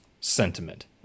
sentiment